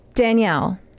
Danielle